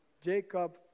Jacob